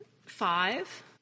five